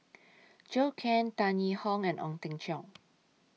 Zhou Can Tan Yee Hong and Ong Teng Cheong